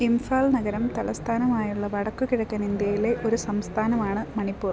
ഇംഫാൽ നഗരം തലസ്ഥാനമായുള്ള വടക്കുക്കിഴക്കൻ ഇന്ത്യയിലെ ഒരു സംസ്ഥാനമാണ് മണിപ്പൂർ